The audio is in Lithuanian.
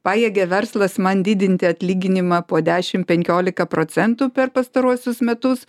pajėgia verslas man didinti atlyginimą po dešim penkiolika procentų per pastaruosius metus